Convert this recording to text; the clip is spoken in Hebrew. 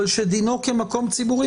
אבל שדינו כמקום ציבורי,